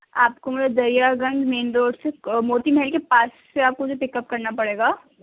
آپ کو مجھے دریا گنج مین روڈ سے موتی محل کے پاس سے آپ کو مجھے پک اپ کرنا پڑے گا